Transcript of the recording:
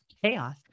chaos